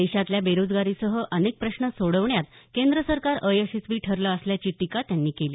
देशातल्या बेरोजगारीसह अनेक प्रश्न सोडवण्यात केंद्र सरकार अयशस्वी ठरलं असल्याची टीका त्यांनी केली